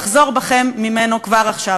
לחזור בכם ממנו כבר עכשיו.